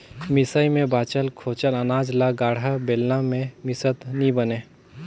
मिसई मे बाचल खोचल अनाज ल गाड़ा, बेलना मे मिसत नी बने